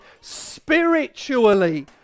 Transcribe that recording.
spiritually